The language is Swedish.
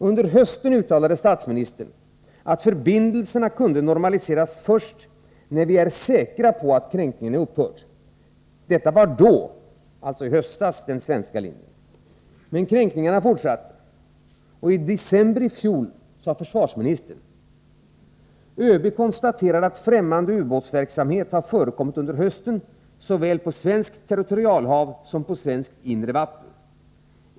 Under hösten uttalade statsministern att förbindelserna kan normaliseras först när vi är säkra på att kränkningarna upphört. Detta var då — i höstas — den svenska linjen. Men kränkningarna fortsatte. I december i fjol sade försvarsministern: ”ÖB konstaterar att fftämmande ubåtsverksamhet har förekommit under hösten såväl på svenskt territorialhav som på svenskt inre vatten.